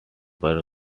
burglar